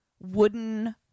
wooden